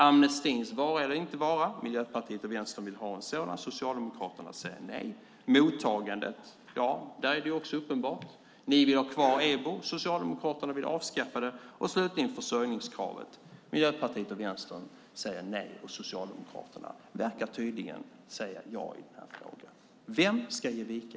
Amnestins vara eller inte vara - Miljöpartiet och Vänstern vill ha en sådan, Socialdemokraterna säger nej. Mottagandet - där är det också uppenbart att ni vill ha kvar EBO, Socialdemokraterna vill avskaffa den. Försörjningskravet slutligen - Miljöpartiet och Vänstern säger nej och Socialdemokraterna verkar tydligen säga ja i den här frågan. Vem ska ge vika?